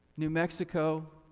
new mexico,